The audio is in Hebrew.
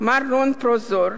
מר רון פרושאור,